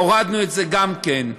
הורדנו את זה גם כן.